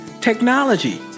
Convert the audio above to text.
technology